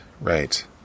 right